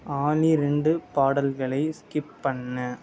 ஆலி ரெண்டு பாடல்களை ஸ்கிப் பண்ணு